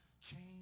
change